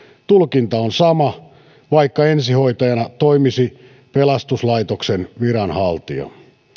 tulkinta on sama vaikka ensihoitajana toimisi pelastuslaitoksen viranhaltija